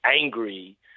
angry